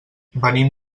venim